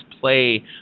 play